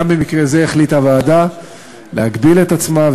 גם במקרה זה החליטה הוועדה להגביל את עצמה,